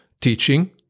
Teaching